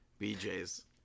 BJ's